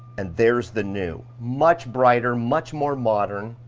and there's the new. much brighter, much more modern.